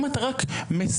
אם אתה רק מסית,